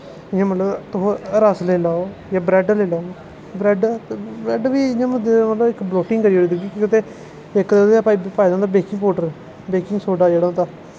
इ'यां मतलब तुस रस लेई लैओ जां ब्रैड्ड लेई लैओ ब्रैड्ड बी बंदे गी मतलब इक बलोटिंग करी ओड़दी इक ओह्दे च पाए दा होंदा बेकिंग पौडर बेकिंग सोडा जेह्ड़ा होंदा